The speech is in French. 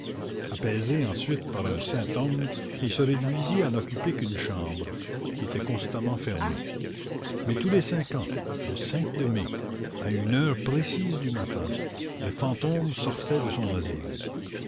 apaisé ensuite par un saint homme il se réduisit à n'occuper qu'une chambre qui était constamment fermée mais tous les cinq ans le cinq de mai à une heure précise du matin le fantôme sortait de son asile